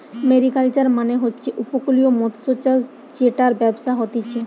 mariculture মানে হচ্ছে উপকূলীয় মৎস্যচাষ জেটার ব্যবসা হতিছে